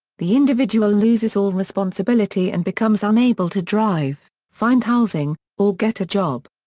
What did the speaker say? the individual loses all responsibility and becomes unable to drive, find housing, or get a job.